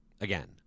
Again